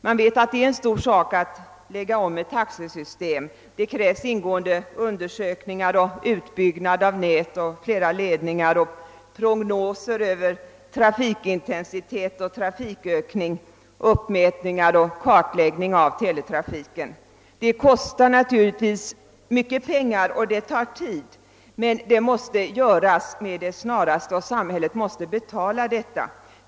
Jag vet att det är en stor sak att lägga om ett taxesystem. Det krävs ingående undersökningar, utbyggnad av nät, flera ledningar, prognoser över trafikintensitet och trafikökning, uppmätningar och kartläggning av teletrafiken. Det kostar naturligtvis mycket pengar, och det tar tid. Men det måste göras med det snaraste, och samhället måste betala detta.